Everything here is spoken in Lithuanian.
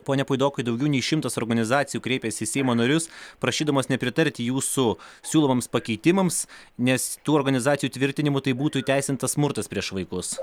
pone puidokai daugiau nei šimtas organizacijų kreipėsi į seimo narius prašydamos nepritarti jūsų siūlomiems pakeitimams nes tų organizacijų tvirtinimu tai būtų įteisintas smurtas prieš vaikus